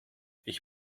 ich